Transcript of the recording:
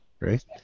Right